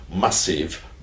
massive